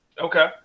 Okay